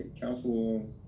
council